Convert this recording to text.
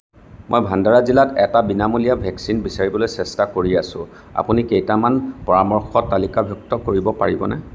মই ভাণ্ডাৰা জিলাত এটা বিনামূলীয়া ভেকচিন বিচাৰিবলৈ চেষ্টা কৰি আছোঁ আপুনি কেইটামান পৰামৰ্শ তালিকাভুক্ত কৰিব পাৰিবনে